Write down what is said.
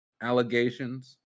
allegations